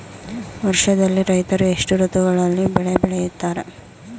ವರ್ಷದಲ್ಲಿ ರೈತರು ಎಷ್ಟು ಋತುಗಳಲ್ಲಿ ಬೆಳೆ ಬೆಳೆಯುತ್ತಾರೆ?